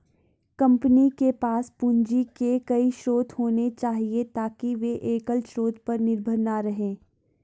company के पास पूंजी के कई स्रोत होने चाहिए ताकि वे एकल स्रोत पर निर्भर न रहें